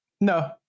No